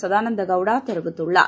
சதானந்தகௌடாதெரிவித்துள்ளார்